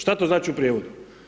Šta to znači u prijevodu?